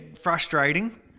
frustrating